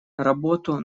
работу